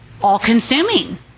all-consuming